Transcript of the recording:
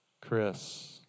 Chris